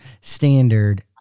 standard